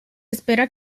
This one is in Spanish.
espera